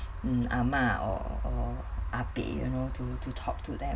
mm ah ma or or ah pek you know to to talk to them